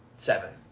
Seven